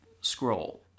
scroll